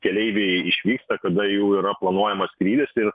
keleiviai išvyksta kada jų yra planuojamas skrydis ir